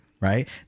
Right